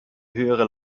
höhere